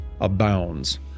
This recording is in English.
abounds